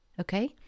Okay